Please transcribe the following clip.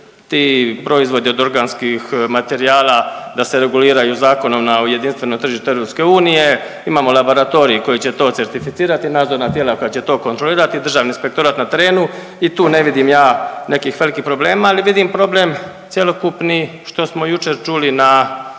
ti proizvodi od organskih materijala da se reguliraju zakonom na jedinstveno tržište EU. Imamo laboratorij koji će to certificirat i nadzorna tijela koja će to kontrolirati i državni inspektorat na terenu i tu ne vidim ja nekih velikih problema, ali vidim problem cjelokupni što smo jučer čuli na